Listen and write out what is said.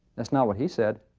that's not what he said.